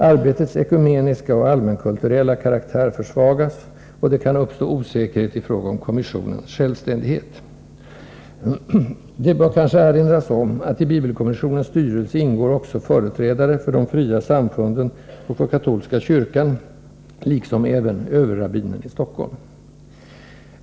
Arbetets ekumeniska och allmänkulturella karaktär försvagas och det kan uppstå osäkerhet i fråga om kommissionens självständighet.” Det bör kanske erinras om att i bibelkommissionens styrelse ingår också företrädare för de fria samfunden och för katolska kyrkan, liksom även överrabbinen i Stockholm.